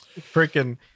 freaking